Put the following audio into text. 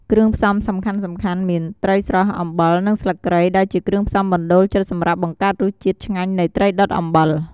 គ្រឿងផ្សំសំខាន់ៗមាន ត្រីស្រស់ អំបិល និងស្លឹកគ្រៃ ដែលជាគ្រឿងផ្សំបណ្ដូលចិត្តសម្រាប់បង្កើតរសជាតិឆ្ងាញ់នៃ ត្រីដុតអំបិល។